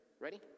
Ready